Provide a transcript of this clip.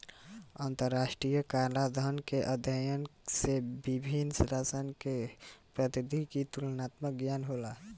अंतरराष्ट्रीय कराधान के अध्ययन से विभिन्न देशसन के कर पद्धति के तुलनात्मक ज्ञान होला